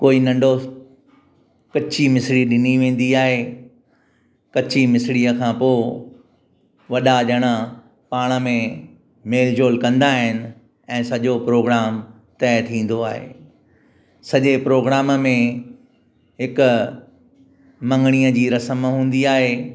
कोई नंढो कची मिसिरी ॾिनी वेंदी आहे कची मिसिरीअ खां पोइ वॾा ॼणा पाण में मेल जोल कंदा आहिनि ऐं सॼो प्रोग्राम तइ थींदो आहे सॼे प्रोग्राम में हिक मङणीअ जी रसम हूंदी आहे ऐं